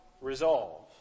Resolve